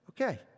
Okay